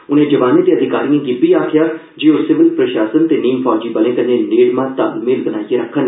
उनें जवानें ते अधिकारिएं गी इब्बी आखेआ जे ओह सिविल प्रशासन ते नीम फौजी बलें कन्नै नेड़मा तालमेल बनाइयै रक्खन